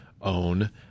own